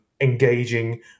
engaging